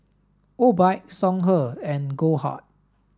Obike Songhe and Goldheart